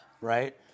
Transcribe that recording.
right